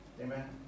Amen